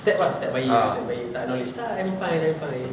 step ah step baik tak acknowledge ah I'm fine I'm fine